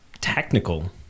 technical